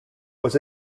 was